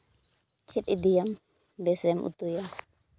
ᱪᱮᱫ ᱤᱫᱤᱭᱟᱢ ᱵᱮᱥᱮᱢ ᱩᱛᱩᱭᱟ